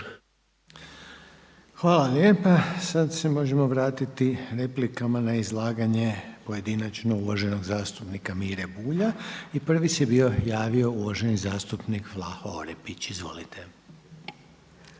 Željko (HDZ)** Sad se možemo vratiti replikama na izlaganje pojedinačno uvaženog zastupnika Mire Bulja. I prvi se bio javio uvaženi zastupnik Vlaho Orepić Izvolite.